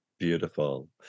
Beautiful